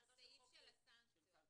הסעיף של הסנקציות.